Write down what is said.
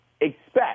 expect